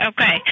Okay